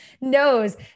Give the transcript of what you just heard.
knows